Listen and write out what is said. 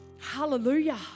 Hallelujah